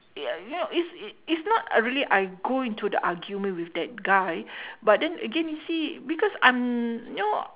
y~ you know it's it's not really I go into the argument with that guy but then again you see because I'm you know